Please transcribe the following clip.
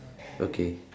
okay